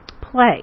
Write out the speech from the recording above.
play